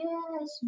Yes